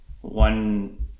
one